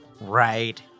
right